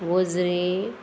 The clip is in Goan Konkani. वज्रे